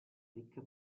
ricca